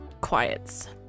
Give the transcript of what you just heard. quiets